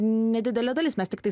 nedidelė dalis mes tiktai